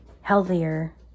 healthier